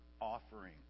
offering